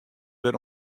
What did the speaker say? wer